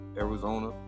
Arizona